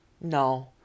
no